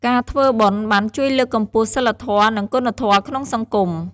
ការធ្វើបុណ្យបានជួយលើកកម្ពស់សីលធម៌ និងគុណធម៌ក្នុងសង្គម។